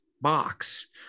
box